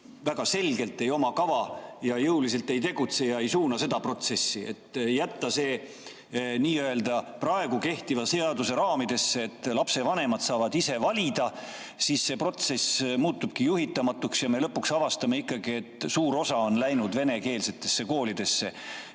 väga selgelt ei oma kava ja jõuliselt ei tegutse ega suuna seda protsessi. Kui jätta see nii‑öelda praegu kehtiva seaduse raamidesse, et lapsevanemad saavad ise valida, siis see protsess muutubki juhitamatuks ja me lõpuks avastame, et suur osa on läinud venekeelsetesse koolidesse.